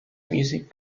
music